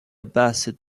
abbasid